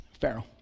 Pharaoh